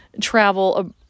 travel